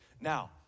Now